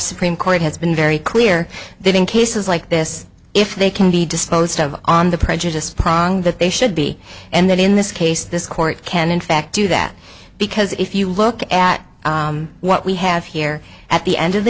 supreme court has been very clear that in cases like this if they can be disposed of on the prejudiced pronk that they should be and that in this case this court can in fact do that because if you look at what we have here at the end of the